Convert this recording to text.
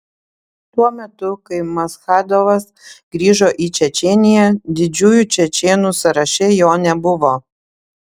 tuo metu kai maschadovas grįžo į čečėniją didžiųjų čečėnų sąraše jo nebuvo